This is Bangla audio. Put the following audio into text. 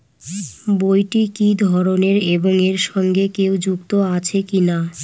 বইটি কি ধরনের এবং এর সঙ্গে কেউ যুক্ত আছে কিনা?